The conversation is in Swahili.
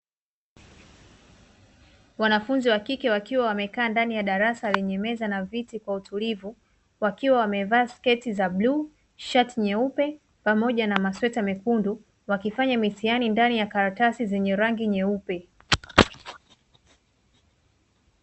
Wanafunzi wakike wakiwa wamekaa ndani ya darasa lenye meza na viti kwa utulivu, wakiwa wamevaa sketi za bluu, shati nyeupe pamoja na masweta mekundu wakifanya mitihani ndani ya karatasi zenye rangi nyeupe.